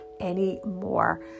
anymore